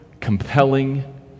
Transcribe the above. compelling